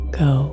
go